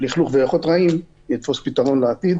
לכלוך וריחות רעים יתפוס פתרון לעתיד.